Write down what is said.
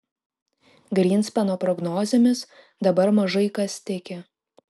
grynspeno prognozėmis dabar mažai kas tiki